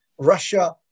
Russia